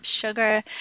sugar